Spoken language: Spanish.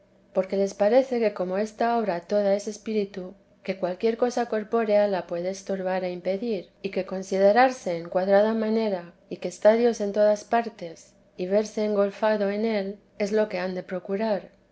porque les parece que como esta obra toda es espíritu que cualquier cosa corpórea la puede estorbar e impedir y que considerarse en cuadrada manera y que está dios en todas partes y verse engolfado en él es lo que lian de procurar